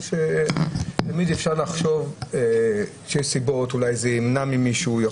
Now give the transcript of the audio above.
תמיד אפשר לחשוב שזה ימנע ממישהו או